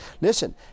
Listen